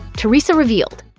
teresa revealed,